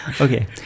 Okay